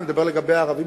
אני מדבר לגבי הערבים,